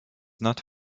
not